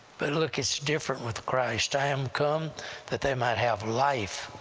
but look, it's different with christ. i am come that they might have life,